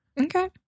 Okay